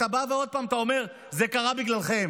אתה בא ועוד פעם אומר: זה קרה בגללכם.